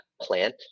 plant